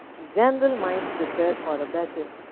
general mind prepare for a battle,